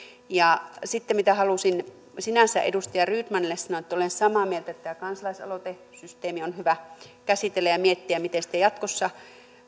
sitten halusin sinänsä edustaja rydmanille sanoa että olen samaa mieltä että tämä kansalaisaloitesysteemi on hyvä käsitellä ja miettiä miten sitä jatkossa